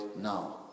now